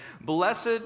blessed